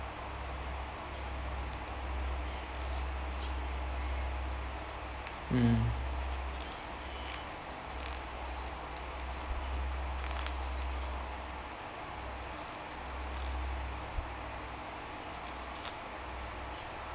mm